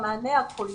למענה הקולי.